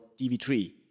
TV3